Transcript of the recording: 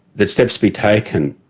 that steps be taken,